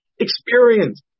Experience